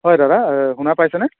হয় দাদা শুনা পাইছেনে